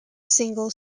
single